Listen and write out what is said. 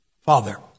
Father